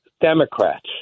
Democrats